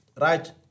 right